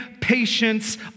patience